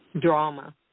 drama